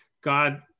God